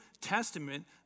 Testament